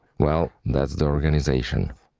well, that's the organization.